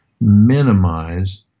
minimize